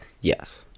Yes